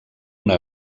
una